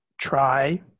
try